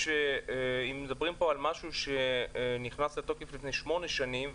אם מדברים על משהו שנכנס לתוקף לשמונה שנים,